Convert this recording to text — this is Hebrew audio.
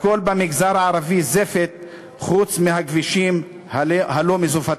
הכול במגזר הערבי זפת, חוץ מהכבישים הלא-מזופתים.